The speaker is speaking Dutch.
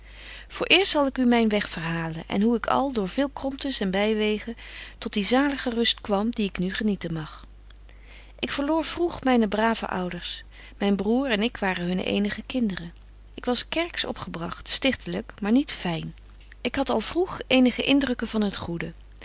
voor eerst zal ik u myn weg verhalen en hoe ik al door veel kromtens en bywegen tot die zalige rust kwam die ik nu genieten mag ik verloor vroeg myne brave ouders myn broêr en ik waren hunne eenige kinderen ik was kerks opgebragt stichtelyk maar niet fyn ik had al vroeg eenibetje wolff en aagje deken historie van mejuffrouw sara burgerhart ge indrukken van het goede